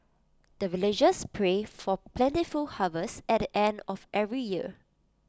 the villagers pray for plentiful harvest at the end of every year